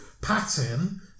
pattern